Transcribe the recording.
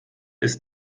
ist